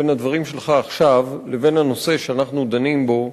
בין הדברים שלך עכשיו לבין הנושא שאנחנו דנים בו,